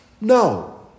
No